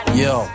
yo